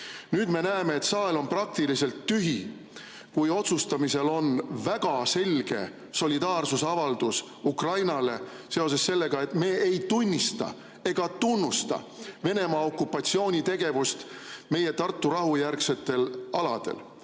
Nüüd me näeme, et saal on praktiliselt tühi, kui otsustamisel on väga selge solidaarsusavaldus Ukrainale seoses sellega, et me ei tunnista ega tunnusta Venemaa okupatsioonitegevust meie Tartu rahu järgsetel aladel.